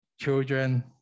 children